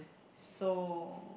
so